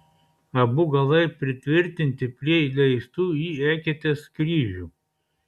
abu galai pritvirtinti prie įleistų į eketes kryžių